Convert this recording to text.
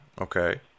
Okay